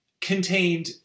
contained